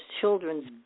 children's